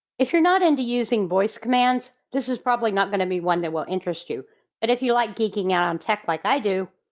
if you're not into using voice commands, this is probably not going to be one that will interest you. but and if you like geeking out on tech, like i do,